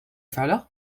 فعله